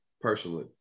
personally